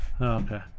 Okay